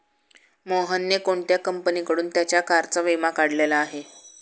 मोहनने कोणत्या कंपनीकडून त्याच्या कारचा विमा काढलेला आहे?